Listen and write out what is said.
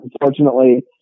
Unfortunately